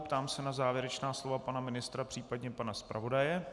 Ptám se na závěrečná slova pana ministra, případně pana zpravodaje.